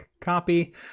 Copy